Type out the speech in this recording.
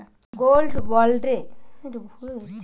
Gold বন্ডে যৌথ holding অনুমোদিত হবে কিনা?